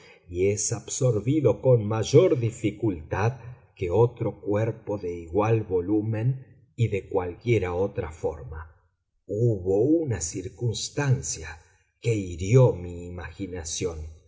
y es absorbido con mayor dificultad que otro cuerpo de igual volumen y de cualquiera otra forma hubo una circunstancia que hirió mi imaginación